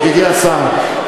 ידידי השר,